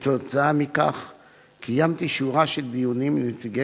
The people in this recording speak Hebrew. בעקבות זאת קיימתי שורה של דיונים עם נציגי